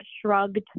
shrugged